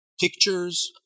pictures